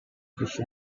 fish